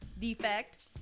Defect